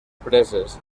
preses